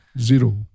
zero